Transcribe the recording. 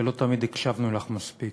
ולא תמיד הקשבנו לך מספיק.